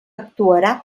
actuarà